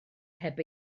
heb